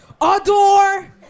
Adore